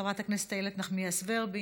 חבר הכנסת איילת נחמיאס ורבין,